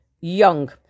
young